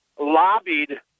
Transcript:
lobbied